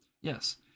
yes